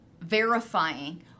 verifying